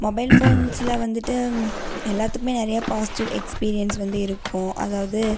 mobile ஃபோன்ஸில் வந்துட்டு எல்லாத்துக்குமே நிறையா பாசிட்டிவ் எக்ஸ்பீரியன்ஸ் வந்து இருக்கும் அதாவது